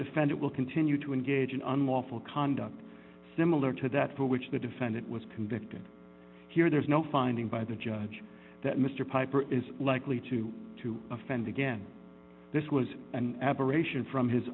defendant will continue to engage in unlawful conduct similar to that for which the defendant was convicted here there is no finding by the judge that mr piper is likely to to offend again this was an aberration from his